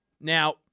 Now